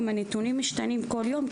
גם הנתונים משתנים כל יום,